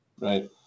right